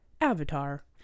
avatar